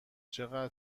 چقدر